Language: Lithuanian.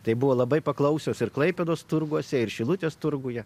tai buvo labai paklausios ir klaipėdos turguose ir šilutės turguje